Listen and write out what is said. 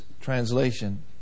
translation